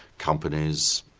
companies,